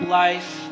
life